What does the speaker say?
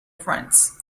friends